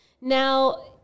Now